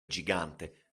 gigante